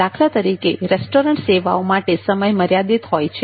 દાખલા તરીકે રેસ્ટોરન્ટ સેવાઓ માટે સમય મર્યાદિત હોય છે